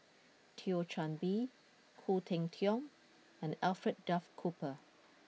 Thio Chan Bee Khoo Cheng Tiong and Alfred Duff Cooper